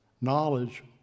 knowledge